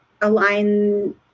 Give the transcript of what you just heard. align